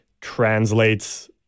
translates